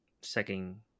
second